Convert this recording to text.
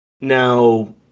Now